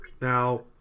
Now